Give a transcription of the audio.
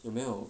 有没有